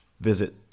Visit